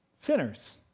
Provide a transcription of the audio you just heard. Sinners